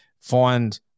find